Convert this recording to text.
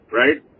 right